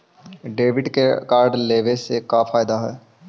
Debit card लेवे से का का फायदा है?